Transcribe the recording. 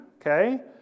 okay